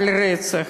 ברצח,